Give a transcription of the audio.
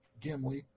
Gimli